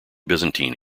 byzantine